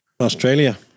Australia